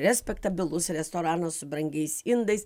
respektabilus restoranas su brangiais indais